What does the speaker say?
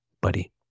Buddy